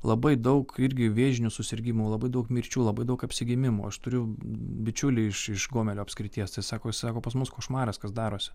labai daug irgi vėžinių susirgimų labai daug mirčių labai daug apsigimimų aš turiu bičiulį iš iš gomelio apskrities tai sako jis sako pas mus košmaras kas darosi